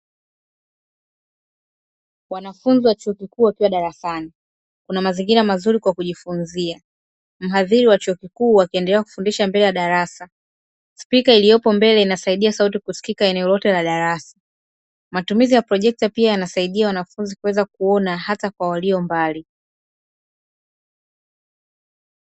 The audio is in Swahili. Wanafunzi wa chuo kikuu wakiwa darasani, kuna mazingira mazuri kwa kujifunzia. Mhadhiri wa chuo kikuu akiendelea kufundisha mbele ya darasa. Spika iliyopo mbele inasaidia sauti kusikika eneo lote la darasa. Matumizi ya projekta pia yanasaidia wanafunzi kuweza kuona hata kwa walio mbali.